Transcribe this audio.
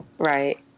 Right